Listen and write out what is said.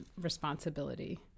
responsibility